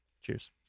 Cheers